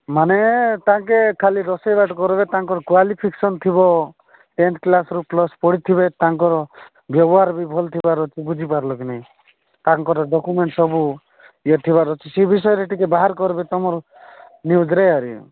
ମାନେ ତାଙ୍କେ ଖାଲି ରୋଷେଇ ବାଟ କରିବେ ତାଙ୍କର କ୍ୱାଲିଫିକେସନ୍ ଥିବ ଟେନ୍ଥ୍ କ୍ଲାସ୍ରୁ ପ୍ଲସ୍ ପଢ଼ିଥିବେ ତାଙ୍କର ବ୍ୟବହାର ବି ଭଲ ଥିବାର ବୁଝିପାରିଲ କି ନାହିଁ ତାଙ୍କର ଡକୁମେଣ୍ଟ୍ ସବୁ ଇଏ ଥିବାର ଅଛି ସେଇ ବିଷୟରେ ଟିକେ ବାହାର କରିବେ ତୁମର ନିଉଜ୍ରେ